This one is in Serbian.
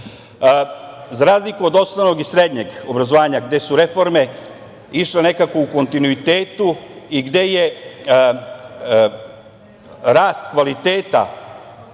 razliku od osnovnog i srednjeg obrazovanja, gde su reforme išle nekako u kontinuitetu i gde je rast kvaliteta